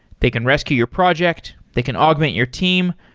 they can rescue your project. they can augment your team.